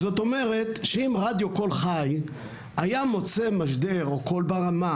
זאת אומרת שאם רדיו קול חי היה מוצא משדר או קול ברמה,